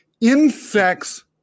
Insects